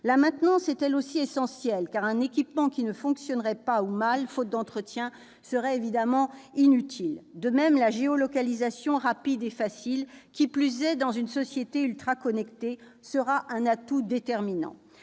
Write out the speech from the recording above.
La maintenance est, elle aussi, essentielle, car un équipement qui ne fonctionnerait pas ou fonctionnerait mal, faute d'entretien, serait évidemment inutile. De même, la géolocalisation rapide et facile, qui plus est dans une société ultra-connectée, sera un atout déterminant.